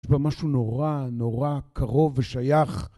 יש בה משהו נורא נורא קרוב ושייך.